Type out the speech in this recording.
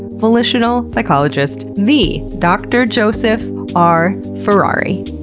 volitional psychologist, the dr. joseph r. ferrari.